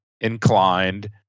inclined